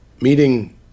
meeting